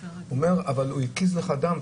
אמר השופט: אבל הוא הקיז לך דם,